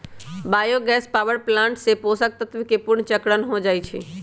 bio gas power plant से पोषक तत्वके पुनर्चक्रण हो जाइ छइ